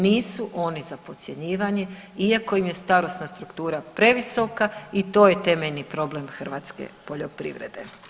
Nisu oni za podcjenjivanje iako im je starosna struktura previsoka i to je temeljni problem hrvatske poljoprivrede.